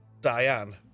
diane